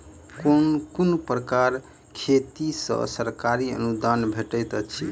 केँ कुन प्रकारक खेती मे सरकारी अनुदान भेटैत अछि?